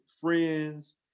friends